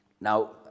Now